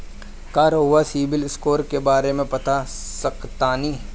का रउआ CIBIL score के बारे में बता सकतानी?